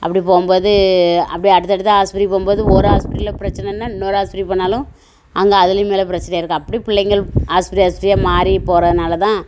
அப்படி போகும்போது அப்படி அடுத்து அடுத்து ஆஸ்பத்திரிக்கு போகும்போது ஒரு ஆஸ்பத்திரியில் பிரச்சனைன்னா இன்னொரு ஆஸ்பத்திரிக்கு போனாலும் அங்கே அதிலேயும் மேலே பிரச்சனையாக இருக்கும் அப்படி பிள்ளைங்கள் ஆஸ்பத்திரி ஆஸ்பத்திரியாக மாறி போகிறதுனால தான்